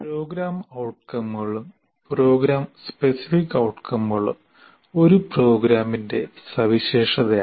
programme ഔട്കമുകളും programme specific ഔട്കമുകളും ഒരു പ്രോഗ്രാമിന്റെ സവിശേഷതയാണ്